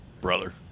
Brother